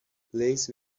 place